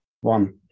One